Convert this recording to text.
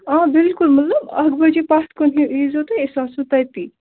آ بِلکُل مطلب اَکھ بَجے پَتھ کُنتھ ییٖزیو تُہۍ أسۍ آسَو تٔتی